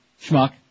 Schmuck